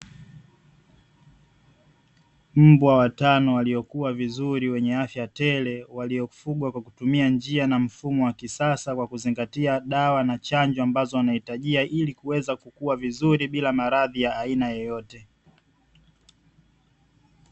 Mbwa watano waliokua vuzuri wenye afya tele, waliofugwa kwa kutumia njia na mfumo wa kisasa kwa kuzingatia dawa na chanjo ambazo wanahitajia ili Kuweza kukua vizuri bila maradhi ya aina yoyote.